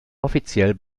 offiziell